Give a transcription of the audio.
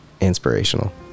Inspirational